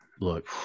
Look